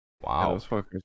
Wow